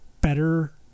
better